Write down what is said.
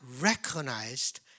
recognized